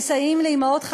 שמסייעים לאימהות חד-הוריות,